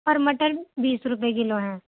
اور مٹر بیس روپئے کلو ہیں